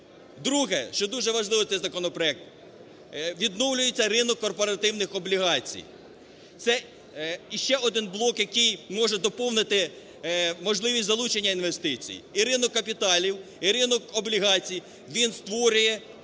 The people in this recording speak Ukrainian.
Друге, що дуже важливо, цей законопроект, відновлюється ринок корпоративних облігацій. Це іще один блок, який може доповнити можливі залучення інвестицій. І ринок капіталів, і ринок облігацій, він створює